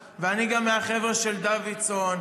אז אם באמת חברת הכנסת מירב כהן אולי מדברת על איזושהי אחדות,